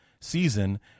season